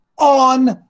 On